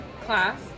class